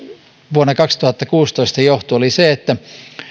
vuonna kaksituhattakuusitoista johtui oli se että